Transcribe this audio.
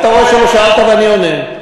אתה רואה שלא שאלת ואני עונה.